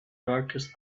darkest